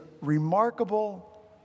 remarkable